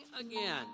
again